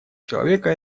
человека